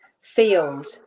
field